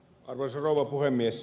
arvoisa rouva puhemies